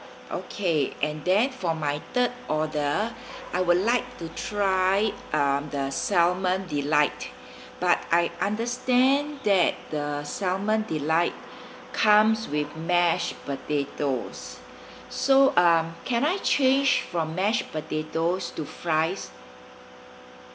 okay and then for my third order I would like to try um the salmon delight but I understand that the salmon delight comes with mashed potatoes so um can I change from mashed potato to fries